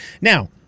now